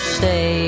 say